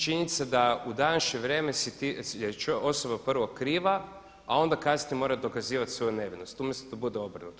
Činjenica da u današnje vrijeme je osoba prvo kriva, a onda kasnije mora dokazivati svoju nevinost umjesto da to bude obrnuto.